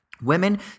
Women